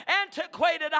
Antiquated